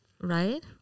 Right